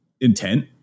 intent